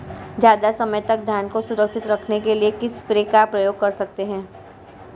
ज़्यादा समय तक धान को सुरक्षित रखने के लिए किस स्प्रे का प्रयोग कर सकते हैं?